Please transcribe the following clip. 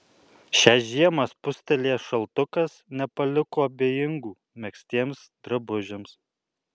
šią žiemą spustelėjęs šaltukas nepaliko abejingų megztiems drabužiams